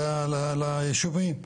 ליישובים.